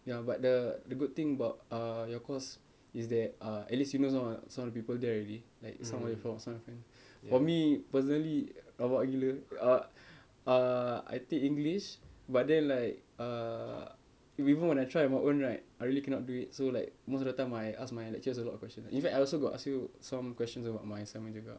ya but the the good thing about uh your course is that uh at least you know so~ some of the people there already like some are before some are fr~ for me personally rabak gila ah ah I take english but then like err if even when I try my own right I really cannot do it so like most of the time I ask my lecturers a lot of question in fact I also got ask you some questions about my assignment juga